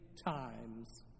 times